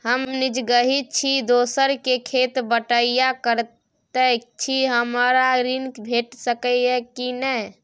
हम निजगही छी, दोसर के खेत बटईया करैत छी, हमरा ऋण भेट सकै ये कि नय?